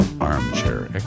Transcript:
Armchair